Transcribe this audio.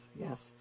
yes